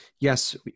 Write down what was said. yes